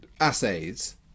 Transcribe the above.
assays